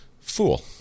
fool